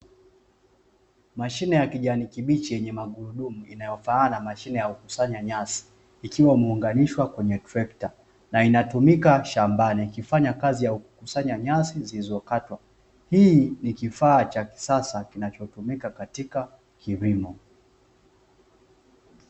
Mashine ya kijani kibichi yenye magurudumu inayofanana na mashine ya kukusanyia nyasi ikiwa imeunganishwa kwenye trekta, hutumika shambani na hufanya kazi ya kukusanya nyasi zilizokatwa hiki ni kifaa cha kisasa kinachotumika katika kilimo.